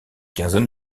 quinzaine